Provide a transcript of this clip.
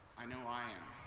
i know i am.